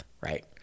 right